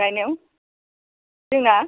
गायनायाव जोंना